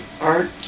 art